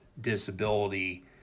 disability